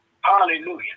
Hallelujah